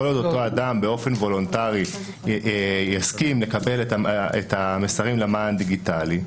כל עוד אותו אדם באופן וולונטרי יסכים לקבל את המסרים למען דיגיטלי,